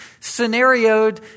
scenarioed